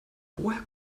woher